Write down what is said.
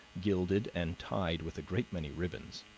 gilded, and tied with a great many ribbons